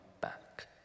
back